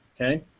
okay